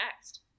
next